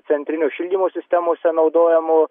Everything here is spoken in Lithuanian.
centrinio šildymo sistemose naudojamo